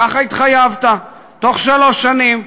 כך התחייבת, תוך שלוש שנים.